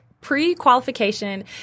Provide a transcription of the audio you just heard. pre-qualification